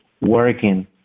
working